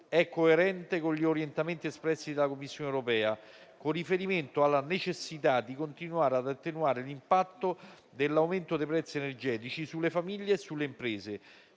è coerente con gli orientamenti espressi dalla Commissione europea con riferimento alla necessità di continuare ad attenuare l'impatto dell'aumento dei prezzi energetici sulle famiglie e sulle imprese,